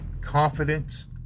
confidence